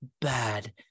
bad